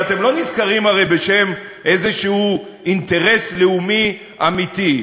ואתם לא נזכרים הרי בשם איזשהו אינטרס לאומי אמיתי.